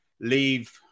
leave